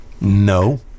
No